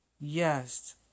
Yes